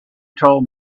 told